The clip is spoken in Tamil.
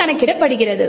கணக்கிடப்படுகிறது